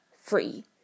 free